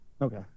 okay